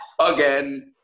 Again